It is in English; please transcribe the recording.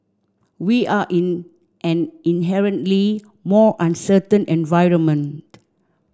we are in an inherently more uncertain environment